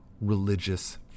religious